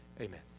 amen